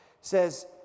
says